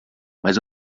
mas